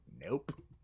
Nope